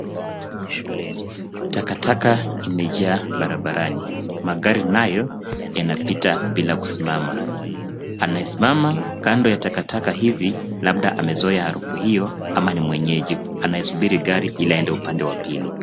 Takataka imejaa barabarani, magari nayo yanapita bila kusimama. Anayesimama kando ya takataka hizi labda amezoea harufu hiyo ama ni mwenyeji anayengoja gari ili aende upande wa pili.